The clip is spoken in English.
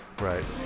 Right